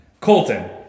Colton